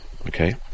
Okay